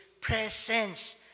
presence